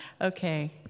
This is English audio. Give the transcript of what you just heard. Okay